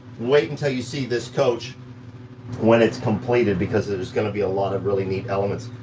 wait until you see this coach when it's completed, because there's gonna be a lot of really neat elements.